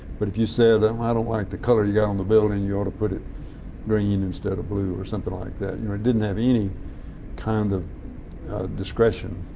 but if you said, um i don't like the color you got on the building, you ought to put it green instead of blue or something like that. you know, it didn't have any kind of discretion.